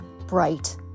bright